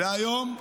והיום?